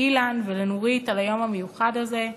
לאילן ולנורית, על היום המיוחד הזה,